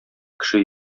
кеше